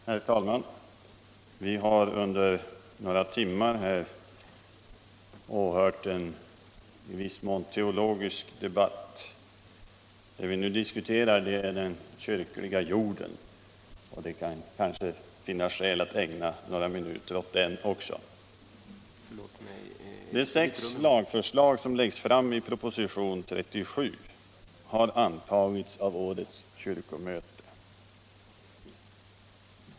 Herr talman! Vi har här under några timmar åhört en i viss mån teologisk debatt. Vad vi nu diskuterar är den kyrkliga jorden, och det kanske kan vara skäl att ägna några minuter åt den också. De sex lagförslag som läggs fram i propositionen 1975/76:37 har antagits av årets kyrkomöte.